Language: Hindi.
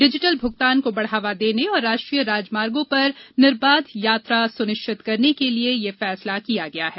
डिजिटल भूगतान को बढ़ावा देने और राष्ट्रीय राजमार्गो पर निर्बाध यात्रा सुनिश्चिवत करने के लिए यह फैसला किया गया है